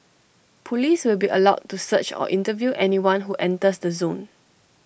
Police will be allowed to search or interview anyone who enters the zone